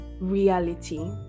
reality